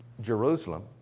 Jerusalem